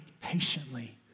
patiently